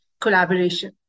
collaboration